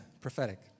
Prophetic